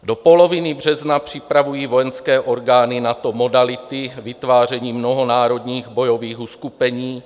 Do poloviny března připravují vojenské orgány NATO modality vytvářením mnohonárodních bojových uskupení.